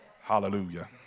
Hallelujah